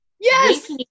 Yes